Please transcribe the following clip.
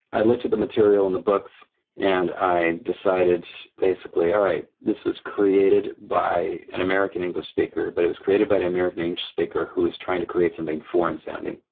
i looked at the material in the books and i decided basically, all right this was created by an american english speaker. but it was created by an american english speaker who is trying to create something foreign-sounding.